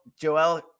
Joel